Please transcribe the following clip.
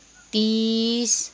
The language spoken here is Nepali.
तिस